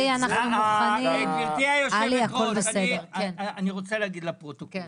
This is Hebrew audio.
גברתי יושבת הראש, אני רוצה להגיד לפרוטוקול.